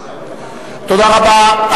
תודה רבה.